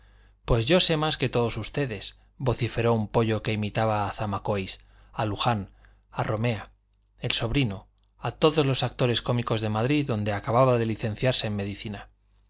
pues yo sé más que todos ustedes vociferó un pollo que imitaba a zamacois a luján a romea el sobrino a todos los actores cómicos de madrid donde acababa de licenciarse en medicina